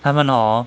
他们 hor